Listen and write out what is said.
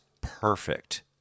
perfect